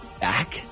back